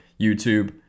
YouTube